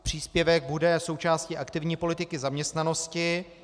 Příspěvek bude součástí aktivní politiky zaměstnanosti.